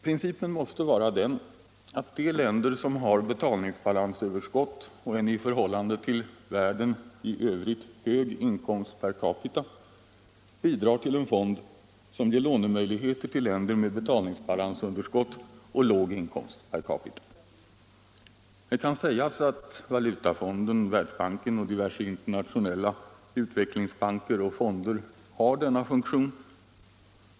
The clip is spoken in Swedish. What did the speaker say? Principen måste vara den att de länder som har betalningsbalansöverskott och en i förhållande till världen i övrigt hög inkomst per capita bidrar till en fond, som ger lånemöjligheter till länder med betalningsbalansunderskott och låg inkomst per capita. Det kan sägas att valutafonden, Världsbanken och diverse internationella utvecklingsbanker och fonder har denna funktion.